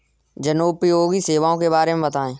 जनोपयोगी सेवाओं के बारे में बताएँ?